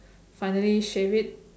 finally shave it